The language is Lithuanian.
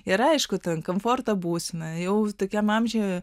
yra aišku ten komforto būsena jau tokiam amžiuje